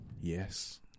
yes